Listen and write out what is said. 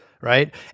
right